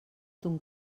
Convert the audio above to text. ton